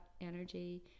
energy